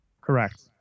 Correct